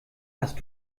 hast